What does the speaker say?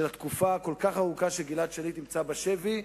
של התקופה הכל-כך ארוכה שגלעד שליט נמצא בשבי,